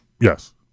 Yes